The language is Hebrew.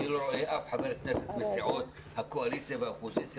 אני לא רואה אף חבר כנסת מסיעות הקואליציה והאופוזיציה,